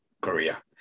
Korea